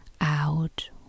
out